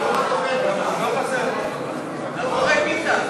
מאחורי ביטן.